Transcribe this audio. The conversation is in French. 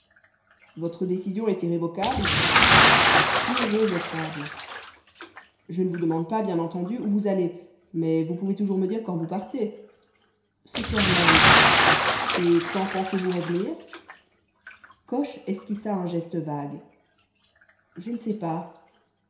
votre décision est irrévocable irrévocable je ne vous demande pas bien entendu où vous allez mais vous pouvez toujours me dire quand vous partez ce soir même et quand pensez-vous revenir coche esquissa un geste vague je ne sais pas